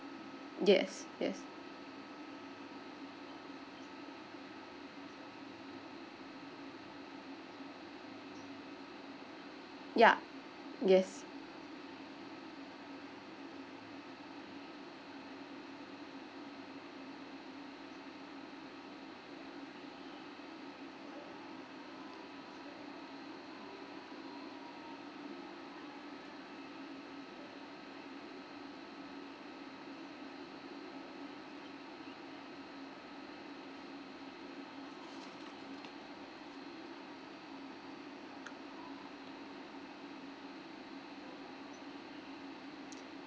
yes yes ya yes